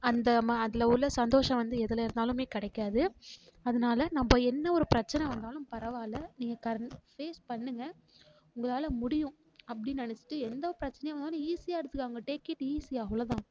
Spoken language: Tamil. அந்த அதில் உள்ள சந்தோஷம் வந்து எதில் இருந்தாலும் கிடைக்காது அதனால நம்ம என்ன ஒரு பிரச்சனை வந்தாலும் பரவாயில்ல நீங்கள் ஃபேஸ் பண்ணுங்கள் உங்களால் முடியும் அப்டின்னு நெனைச்சிட்டு எந்த பிரச்சனை வந்தாலும் ஈஸியாக எடுத்துக்கங்க டேக் இட் ஈஸி அவ்ளோ தான்